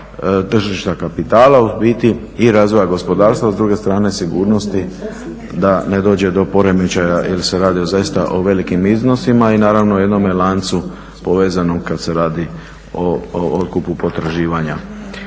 tržišta kapitala, u biti i razvoja gospodarstva, s druge strane sigurnosti da ne dođe do poremećaja jer se radi zaista o velikim iznosima, i naravno jednome lancu povezanom kad se radi o otkupu potraživanja.